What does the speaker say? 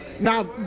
Now